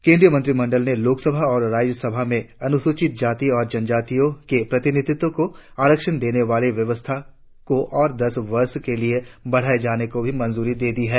केंद्रीय मंत्रिमंडल ने लोकसभा और राज्य विधानसभाओं में अनुसूचित जाति और जनजाति के प्रतिनिधित्व को आरक्षण देने वाली व्यवस्था को और दस वर्ष के लिए बढ़ाए जाने को ही मंजूरी दे दी है